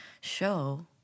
show